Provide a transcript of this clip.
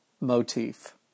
motif